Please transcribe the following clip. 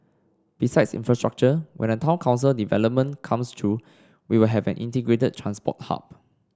besides infrastructure when the town council development comes through we will have an integrated transport hub